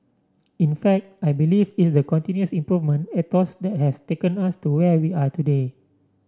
in fact I believe it's the continuous improvement ethos that has taken us to where we are today